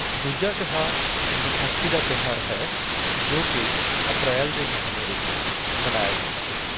ਦੂਜਾ ਤਿਉਹਾਰ ਵਿਸਾਖੀ ਦਾ ਤਿਉਹਾਰ ਹੈ ਜੋ ਕਿ ਅਪ੍ਰੈਲ ਦੇ ਮਹੀਨੇ ਵਿੱਚ ਮਨਾਇਆ ਜਾਂਦਾ ਹੈ